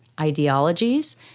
ideologies